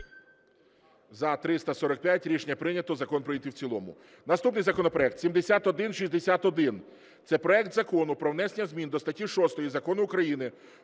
За – 344 Рішення прийнято. Закон прийнятий в цілому. Наступний законопроект 7147. Це проект Закону про внесення змін до законів України